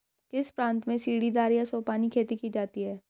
किस प्रांत में सीढ़ीदार या सोपानी खेती की जाती है?